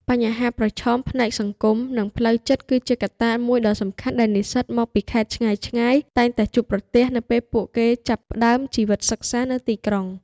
បញ្ហាប្រឈមផ្នែកសង្គម និងផ្លូវចិត្តគឺជាកត្តាមួយដ៏សំខាន់ដែលនិស្សិតមកពីខេត្តឆ្ងាយៗតែងតែជួបប្រទះនៅពេលពួកគេចាប់ផ្ដើមជីវិតសិក្សានៅទីក្រុង។